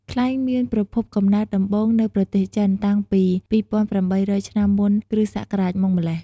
ខ្លែងមានប្រភពកំណើតដំបូងនៅប្រទេសចិន តាំងពី២៨០០ឆ្នាំមុន គ្រិស្ដសករាជ មកម្ល៉េះ។